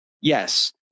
Yes